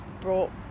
brought